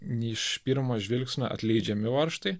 ne iš pirmo žvilgsnio atleidžiami varžtai